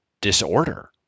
disorder